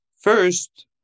first